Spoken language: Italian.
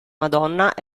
madonna